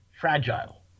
fragile